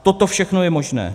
Toto všechno je možné.